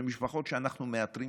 אלה משפחות שאנחנו מאתרים,